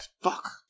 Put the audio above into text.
fuck